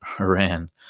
Iran